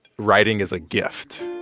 writing is a gift.